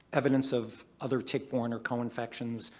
evidence of other tick-borne or co-infections,